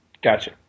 Gotcha